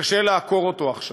וקשה לעקור אותו עכשיו.